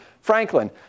Franklin